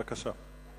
בבקשה.